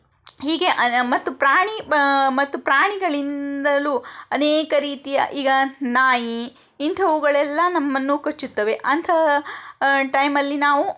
ಹೀಗೇ ಮತ್ತು ಪ್ರಾಣಿ ಬ ಮತ್ತು ಪ್ರಾಣಿಗಳಿಂದಲೂ ಅನೇಕ ರೀತಿಯ ಈಗ ನಾಯಿ ಇಂಥವುಗಳೆಲ್ಲ ನಮ್ಮನ್ನು ಕಚ್ಚುತ್ತವೆ ಅಂತಹ ಟೈಮಲ್ಲಿ ನಾವು